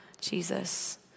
Jesus